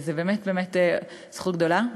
זו באמת באמת זכות גדולה.